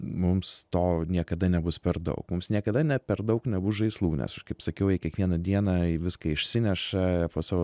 mums to niekada nebus per daug mums niekada ne per daug nebus žaislų nes aš kaip sakiau jie kiekvieną dieną viską išsineša po savo